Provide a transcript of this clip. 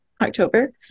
October